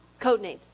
Codenames